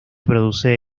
produce